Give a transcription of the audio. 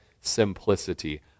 simplicity